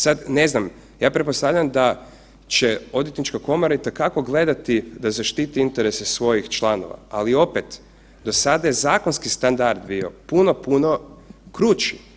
Sad, ne znam, ja pretpostavljam da će Odvjetnička komora itekako gledati da zaštiti interese svojih članova, ali opet, do sada je zakonski standard bio puno puno krući.